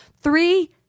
Three